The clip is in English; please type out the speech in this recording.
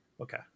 Okay